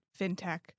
fintech